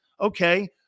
Okay